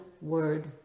word